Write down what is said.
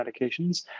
medications